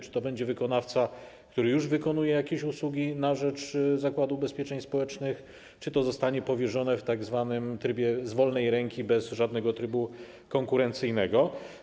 Czy to będzie wykonawca, który już wykonuje jakieś usługi na rzecz Zakładu Ubezpieczeń Społecznych, czy to zadanie zostanie powierzone komuś w tzw. trybie z wolnej ręki, bez żadnego trybu konkurencyjnego?